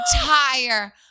entire